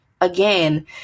Again